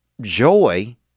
joy